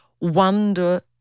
wonder